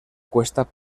cuesta